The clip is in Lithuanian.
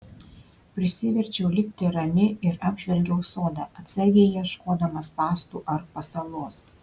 prisiverčiau likti rami ir apžvelgiau sodą atsargiai ieškodama spąstų ar pasalos